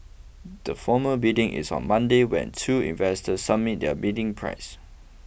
the formal bidding is on Monday when two investors submit their bidding prices